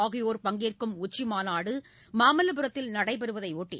ஆகியோர் பங்கேற்கும் உச்சிமாநாடு மாமல்லபுரத்தில் நடைபெறுவதையொட்டி